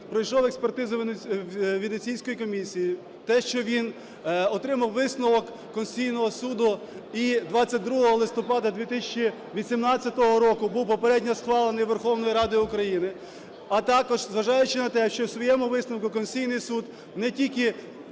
пройшов експертизу Венеційської комісії, те, що він отримав висновок Конституційного Суду і 22 листопада 2018 року був попередньо схвалений Верховною Радою України. А також, зважаючи на те, що в своєму висновку Конституційний Суд не тільки